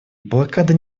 блокада